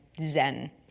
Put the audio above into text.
zen